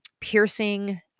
piercing